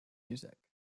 music